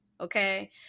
Okay